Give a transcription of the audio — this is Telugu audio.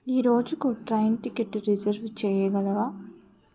ఈ రోజుకు ట్రైన్ టికెట్టు రిజర్వు చెయ్యగలవా